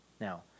Now